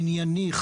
ענייני,